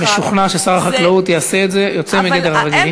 אני משוכנע ששר החקלאות יעשה את זה יוצא מגדר הרגיל,